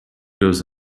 goes